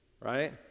right